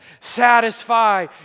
satisfy